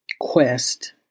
quest